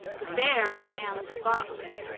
the bear and the fox